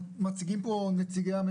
נכון.